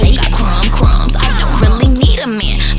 and got crumb crumbs i don't really need a man